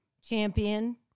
champion